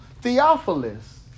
Theophilus